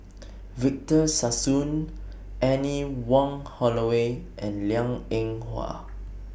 Victor Sassoon Anne Wong Holloway and Liang Eng Hwa